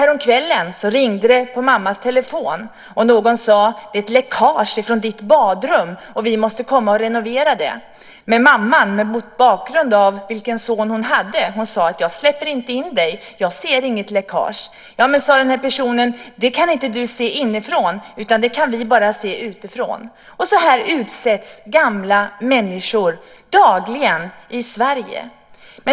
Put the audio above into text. Häromkvällen ringde det på mammas telefon och någon sade: Det är ett läckage från ditt badrum, och vi måste komma och renovera det. Mamman sade med tanke på den son hon hade: Jag släpper inte in dig. Jag ser inget läckage. Då sade den här personen: Det kan du inte se inifrån. Det kan vi bara se utifrån. Sådant här utsätts gamla människor dagligen för i Sverige.